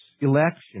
election